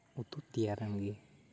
ᱩᱛᱩ ᱛᱮᱭᱟᱨᱮᱱ ᱜᱮ